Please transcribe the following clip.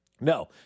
No